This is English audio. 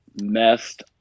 Messed